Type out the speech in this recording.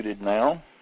now